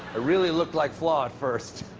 ah really looked like flaw at first.